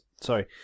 sorry